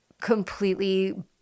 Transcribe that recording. completely